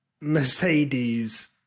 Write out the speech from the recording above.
Mercedes